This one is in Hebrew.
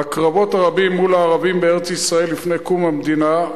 בקרבות הרבים מול הערבים בארץ-ישראל לפני קום המדינה,